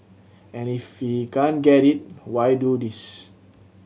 and if he can't get it why do this